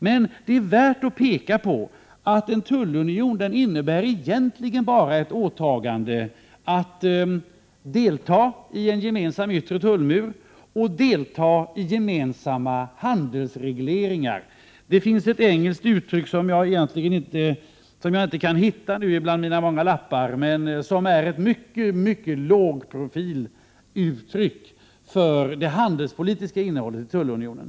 Men det är värt att peka på att en tullunion egentligen bara innebär ett åtagande att delta i en gemensam yttre tullmur och i gemensamma handelsregleringar. Det finns ett engelskt uttryck med utpräglat låg profil— tyvärr kan jag inte hitta det nu bland mina många lappar — för det handelspolitiska innehållet i tullunionen.